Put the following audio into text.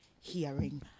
hearing